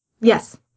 Yes